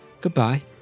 goodbye